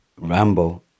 Rambo